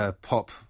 Pop